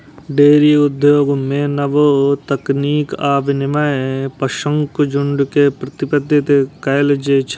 dairy उद्योग मे नव तकनीक आ विनियमन सं पशुक झुंड के प्रबंधित कैल जाइ छै